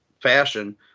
fashion